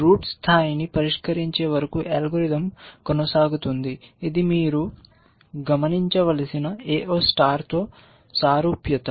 route స్థాయిని పరిష్కరించే వరకు అల్గోరిథం కొనసాగుతుంది ఇది మీరు గమనించవలసిన AO స్టార్ తో సారూప్యత